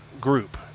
group